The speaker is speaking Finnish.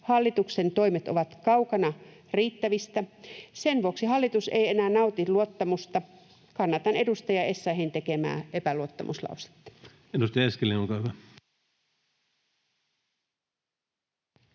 Hallituksen toimet ovat kaukana riittävistä. Sen vuoksi hallitus ei enää nauti luottamusta. Kannatan edustaja Essayahin tekemää epäluottamuslausetta. Edustaja Eskelinen, olkaa hyvä.